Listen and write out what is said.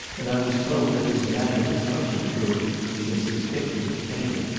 and i was told that his manner was much improved since this picture was painted,